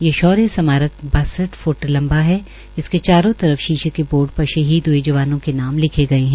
ये शौर्य स्मारक बासठ फ्ट लम्बा है और इसे चारों तरफ शीशों के बोर्ड पर शहीद हूए जवानों के नाम लिखे गए है